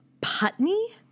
Putney